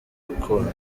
urukundo